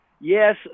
Yes